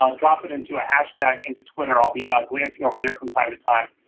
um drop it into a hashtag into twitter. i'll be glancing over there from time to time.